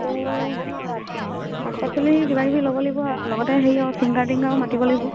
এই শাক পাচলি কিবা কিবি ল'ব লাগিব আৰু লগতে হেৰিও ছিংগাৰ টিংগাৰো মাতিব লাগিব